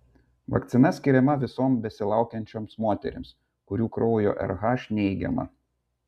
vakcina skiriama visoms besilaukiančioms moterims kurių kraujo rh neigiama